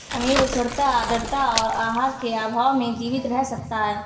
खमीर उष्णता आद्रता और आहार के अभाव में जीवित रह सकता है